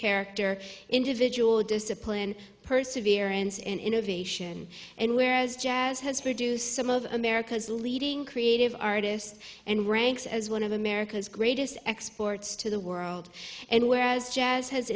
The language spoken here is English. character individual discipline perseverance and innovation and whereas jazz has produced some of america's leading creative artists and ranks as one of america's greatest exports to the world and whereas jazz has